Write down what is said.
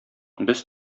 без